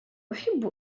أحب